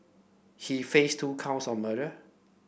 he face two counts of murder